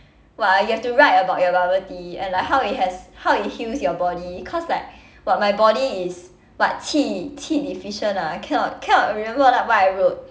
what ah you have to write about your bubble tea and like how it has how it heals your body cause like what my body is what tea tea deficient ah cannot cannot remember like what I wrote